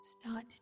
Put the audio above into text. Start